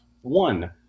one